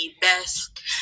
best